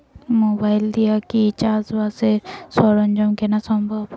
Mobile দিয়া কি চাষবাসের সরঞ্জাম কিনা সম্ভব?